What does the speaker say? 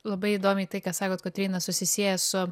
labai įdomiai tai ką sakot kotryna susisieja su